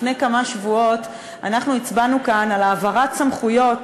שלפני כמה שבועות הצבענו כאן על העברת סמכויות,